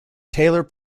taylor